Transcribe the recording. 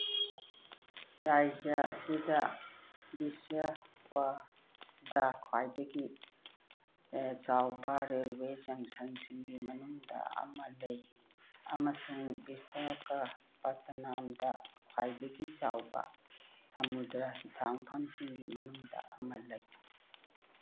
ꯔꯥꯖ꯭ꯌ ꯑꯁꯤꯗ ꯚꯤꯁ꯭ꯌꯋꯥꯗ ꯈ꯭ꯋꯥꯏꯗꯒꯤ ꯆꯥꯎꯕ ꯔꯦꯜꯋꯦ ꯖꯪꯁꯟꯁꯤꯡꯒꯤ ꯃꯅꯨꯡꯗ ꯑꯃ ꯂꯩ ꯑꯃꯁꯨꯡ ꯚꯤꯁꯀꯄꯇꯅꯝꯗ ꯈ꯭ꯋꯥꯏꯗꯒꯤ ꯆꯥꯎꯕ ꯁꯃꯨꯗ꯭ꯔ ꯍꯤꯊꯥꯡꯐꯝꯁꯤꯡꯒꯤ ꯃꯅꯨꯡꯗ ꯑꯃ ꯂꯩ